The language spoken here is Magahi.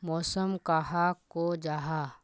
मौसम कहाक को जाहा?